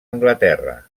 anglaterra